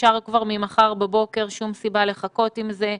אפשר כבר ממחר בבוקר, אין שום סיבה לחכות עם זה,